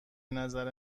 نظر